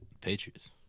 Patriots